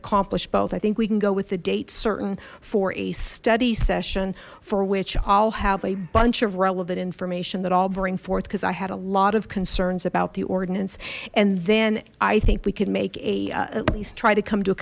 accomplish both i think we can go with the date certain for a study session for which i'll have a bunch of relevant information that i'll bring forth because i had a lot of concerns about the ordinance and then i think we could make a at least try to come to a